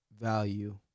value